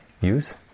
use